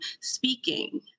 speaking